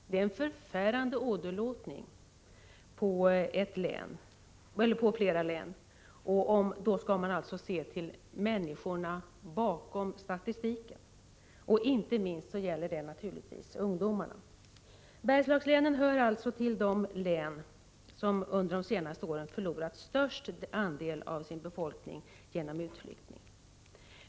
Det är en förfärande åderlåtning som sker av dessa län, om man ser till människorna bakom statistiken, inte minst ungdomarna. Bergslagslänen hör alltså till de län som under de senaste åren redovisat den högsta siffran för den andel av befolkningen som utflyttat.